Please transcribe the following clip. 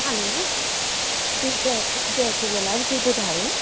hello जी जय जय झूलेलाल जी ॿुधायो